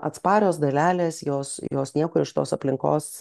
atsparios dalelės jos ir jos niekur iš tos aplinkos